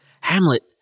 Hamlet